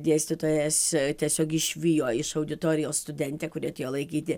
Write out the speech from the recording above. dėstytojas tiesiog išvijo iš auditorijos studentę kuri atėjo laikyti